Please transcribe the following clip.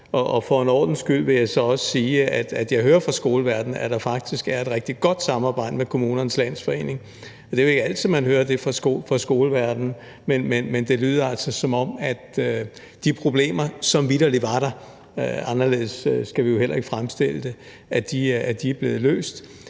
for en ordens skyld vil jeg så også sige, at jeg hører fra skoleverdenen, at der faktisk er et rigtig godt samarbejde med Kommunernes Landsforening. Det er jo ikke altid, at man hører det fra skoleverdenen, men det lyder altså, som om de problemer, som vitterlig var der – anderledes skal vi jo heller ikke fremstille det – er blevet løst.